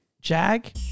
Jag